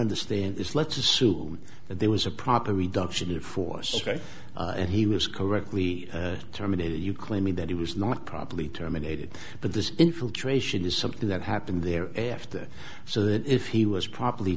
understand is let's assume that there was a proper reduction in force and he was correctly terminated you claiming that he was not properly terminated but this infiltration is something that happened there after so that if he was properly